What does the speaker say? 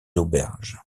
auberges